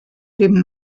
dem